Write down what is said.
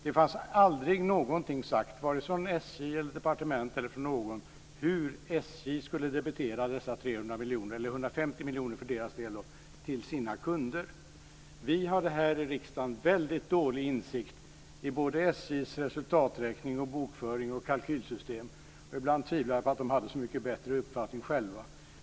Det fanns aldrig någonting sagt, vare sig från SJ, från departement eller från någon annan, hur SJ skulle debitera dessa 150 miljoner på sina kunder. Vi hade här i riksdagen väldigt dålig insikt i SJ:s resultaträkning, bokföring och kalkylsystem - ibland tvivlar jag på att de hade så mycket bättre uppfattning själva.